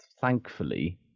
thankfully